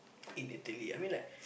in Italy I mean like